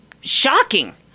shocking